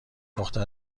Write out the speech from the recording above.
دختر